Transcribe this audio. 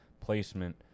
placement